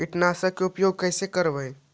कीटनाशक के उपयोग कैसे करबइ?